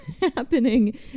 happening